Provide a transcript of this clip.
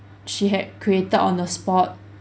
she had created on the spot